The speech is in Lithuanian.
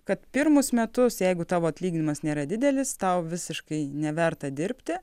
kad pirmus metus jeigu tavo atlyginimas nėra didelis tau visiškai neverta dirbti